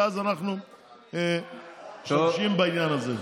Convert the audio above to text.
ואז אנחנו משתמשים בעניין הזה.